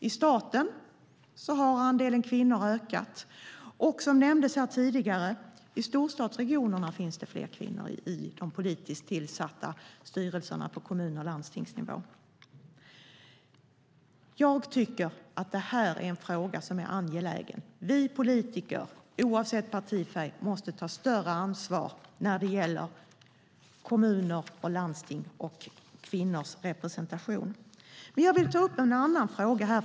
I staten har andelen kvinnor ökat, och som nämndes tidigare finns det i storstadsregionerna fler kvinnor i de politiskt tillsatta styrelserna på kommun och landstingsnivå. Jag tycker att detta är en fråga som är angelägen. Vi politiker, oavsett partifärg, måste ta större ansvar när det gäller kommuner och landsting och kvinnors representation. Jag vill dock ta upp en annan fråga.